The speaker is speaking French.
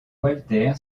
walter